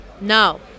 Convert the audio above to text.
No